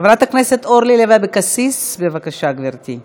חברת הכנסת אורלי לוי אבקסיס, בבקשה, גברתי.